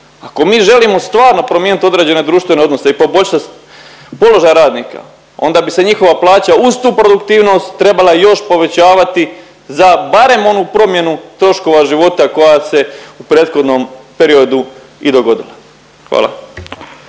Ako mi želimo stvarno promijeniti određene društvene odnose i poboljšat položaj radnika onda bi se njihova plaća uz tu produktivnost trebala još povećavati za barem onu promjenu troškova života koja se u prethodnom periodu i dogodila. Hvala.